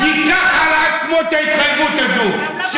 ייקח על עצמו את ההתחייבות הזאת, גם לא בוועדות.